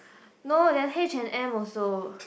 no theres H-and-M also